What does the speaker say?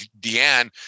Deanne